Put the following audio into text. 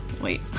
Wait